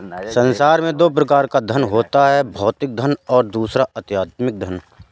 संसार में दो प्रकार का धन होता है भौतिक धन और दूसरा आध्यात्मिक धन